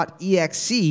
.exe